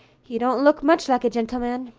he don't look much like a gentleman.